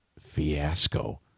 fiasco